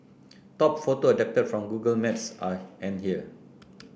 top photo adapted from Google Maps are and here